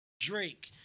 Drake